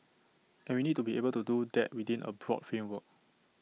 and we need to be able to do that within A pro framework